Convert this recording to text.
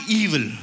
evil